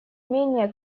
менее